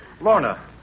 Lorna